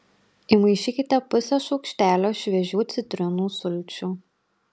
įmaišykite pusę šaukštelio šviežių citrinų sulčių